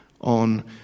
on